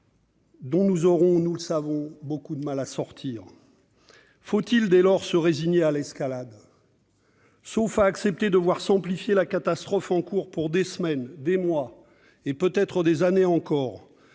Il sera, nous le savons, difficile d'en sortir. Faut-il dès lors se résigner à l'escalade ? Sauf à accepter de voir s'amplifier la catastrophe en cours pour des semaines, des mois, et peut-être des années encore,